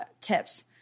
tips